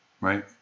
right